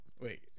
Wait